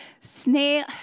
snail